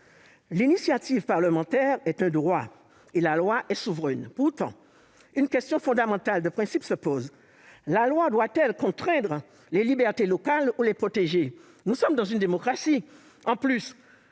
L'initiative parlementaire est un droit, et la loi est souveraine. Pourtant une question fondamentale, de principes, se pose : la loi doit-elle contraindre les libertés locales ou les protéger ? Nous sommes dans une démocratie ! De plus,